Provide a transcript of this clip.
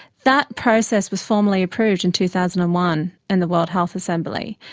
that process was formally approved in two thousand and one in the world health assembly.